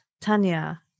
Tanya